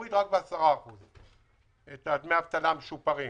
נוריד רק ב-10% את דמי האבטלה המשופרים.